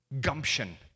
Gumption